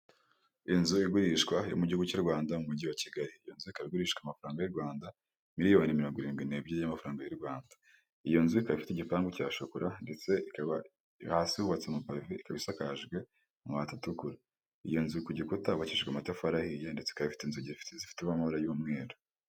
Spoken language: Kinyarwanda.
Inzu igurishwa yo mu gihugu cy'u Rwanda mu mujyi wa Kigali, iyo nzu ikagurishwa amafaranga y'u Rwanda miliyoni mirongo irindwi n'ebyiri, z'amafaranga y'u Rwanda, iyo nzu ikabafite igipangu cya shokorara ndetse ikaba hasi yubatwe n'amapave, ikaba isakajwe n'amabati atukura; iyo nzu kugikuta hubakijwe amatafariye ndetse ikaba ifite inzugi zifite amabara y'umweru.